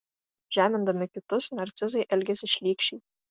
žemindami kitus narcizai elgiasi šlykščiai